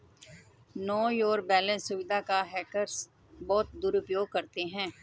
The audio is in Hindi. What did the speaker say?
नो योर बैलेंस सुविधा का हैकर्स बहुत दुरुपयोग करते हैं